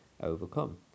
overcome